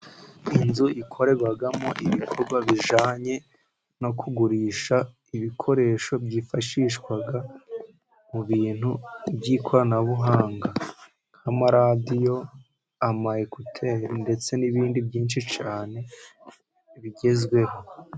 Inzu ikorerwamo ibikorwa bijyananye no kugurisha ibikoresho byifashishwa mu bintu by'ikoranabuhanga. Nk'amaradiyo ama ekuteri, ndetse n'ibindi byinshi cyane bigezweho.